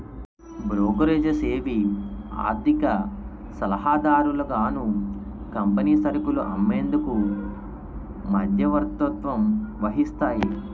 brokerages ఏవి ఆర్థిక సలహాదారులుగాను కంపెనీ సరుకులు అమ్మేందుకు మధ్యవర్తత్వం వహిస్తాయి